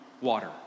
water